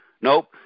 Nope